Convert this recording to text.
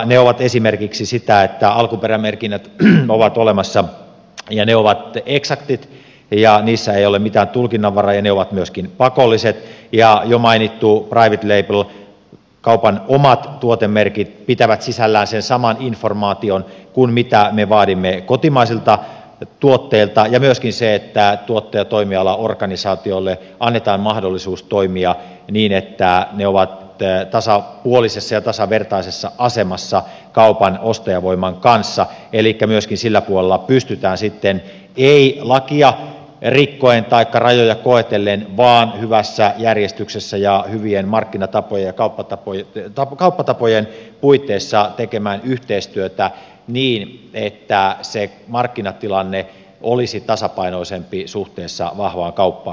ne ovat esimerkiksi sitä että alkuperämerkinnät ovat olemassa ja ne ovat eksaktit ja niissä ei ole mitään tulkinnanvaraa ja ne ovat myöskin pakolliset ja että jo mainittu private label kaupan omat tuotemerkit pitää sisällään sen saman informaation kuin mitä me vaadimme kotimaisilta tuotteilta ja myöskin tuottaja ja toimialaorganisaatioille annetaan mahdollisuus toimia niin että ne ovat tasapuolisessa ja tasavertaisessa asemassa kaupan ostajavoiman kanssa elikkä myöskin sillä puolella pystytään sitten ei lakia rikkoen taikka rajoja koetellen vaan hyvässä järjestyksessä ja hyvien markkinatapojen ja kauppatapojen puitteissa tekemään yhteistyötä niin että se markkinatilanne olisi tasapainoisempi suhteessa vahvaan kauppaan